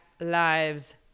lives